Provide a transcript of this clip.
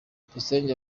tuyisenge